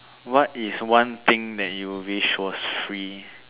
what is one thing that you wish was free